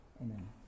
Amen